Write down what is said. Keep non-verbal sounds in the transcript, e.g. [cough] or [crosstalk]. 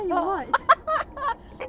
[laughs] [noise]